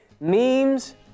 Memes